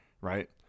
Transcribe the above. right